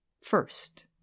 First